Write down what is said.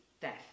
death